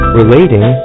relating